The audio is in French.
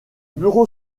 bureau